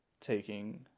taking